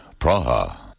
Praha